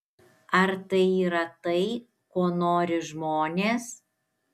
ar tai yra tai ko nori žmonės